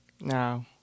No